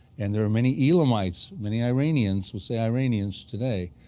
and there are many elamites, many iranians we'll say iranians today,